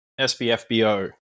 SBFBO